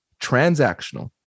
transactional